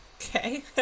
Okay